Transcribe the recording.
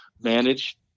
manage